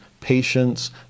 patience